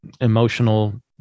emotional